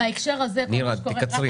נירה, תקצרי.